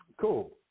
Cool